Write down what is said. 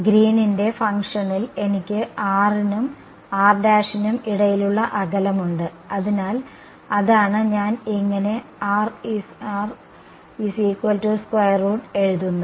ഗ്രീനിന്റെ ഫംഗ്ഷനിൽ Green's function എനിക്ക് r നും rനും ഇടയിലുള്ള അകലമുണ്ട് അതിനാൽ അതാണ് ഞാൻ ഇങ്ങനെ എഴുതുന്നത്